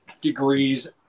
degrees